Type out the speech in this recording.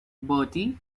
bertie